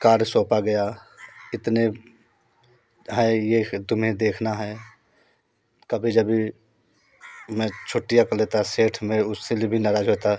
कार्य सौंपा गया कितने है यह तुम्हें देखना है कभी जभी मैं छट्टियाँ कर लेता सेठ मेरा उससे लिए भी नाराज़ रहता